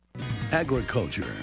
Agriculture